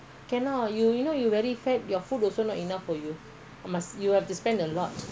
have to spend a lot